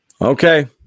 Okay